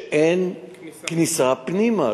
שאין כניסה פנימה,